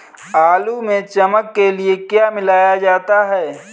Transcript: आलू में चमक के लिए क्या मिलाया जाता है?